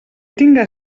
tinga